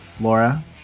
Laura